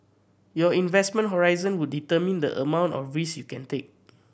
your investment horizon would determine the amount of risk you can take